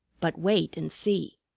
but wait and see.